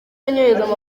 anyoherereza